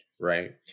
right